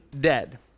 dead